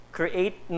create